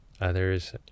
Others